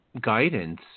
guidance